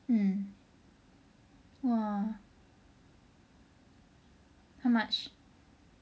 mm !wah! how much